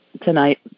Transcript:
tonight